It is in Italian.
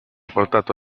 portato